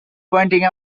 pointing